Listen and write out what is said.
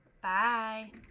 Bye